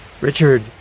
Richard